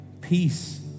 peace